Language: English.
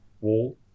wall